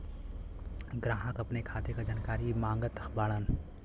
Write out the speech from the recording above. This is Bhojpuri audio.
ग्राहक अपने खाते का जानकारी मागत बाणन?